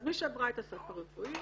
אז מי שעברה את הסף הרפואי